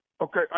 Okay